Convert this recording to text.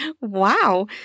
Wow